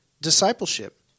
discipleship